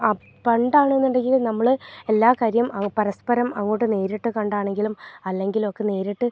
ആ പണ്ടാണെന്നുണ്ടെങ്കിൽ നമ്മൾ എല്ലാ കാര്യം അത് പരസ്പരം അങ്ങോട്ട് നേരിട്ട് കണ്ടാണെങ്കിലും അല്ലെങ്കിലും ഒക്ക നേരിട്ട്